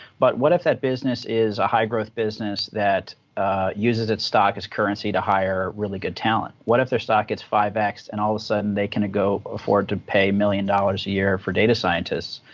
but what if that business is a high-growth business that uses its stock as currency to hire really good talent? what if their stock gets five x, and all of a sudden, they can go afford to pay one million dollars a year for data scientists,